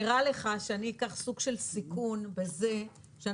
נראה לך שאני אקח סוג של סיכון בזה שאנחנו